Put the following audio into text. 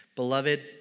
Beloved